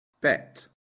Bet